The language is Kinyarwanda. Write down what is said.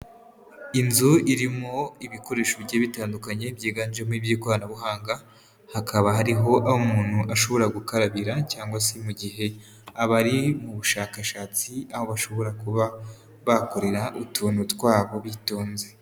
Inzu irimo ibikoresho bigiye bitandukanye byiganjemo iby'ikoranabuhanga, hakaba hariho aho umuntu ashobora gukarabira cyangwa se mu gihe abari mu bushakashatsi, aho bashobora kuba bakorera utuntu twabo bitonze.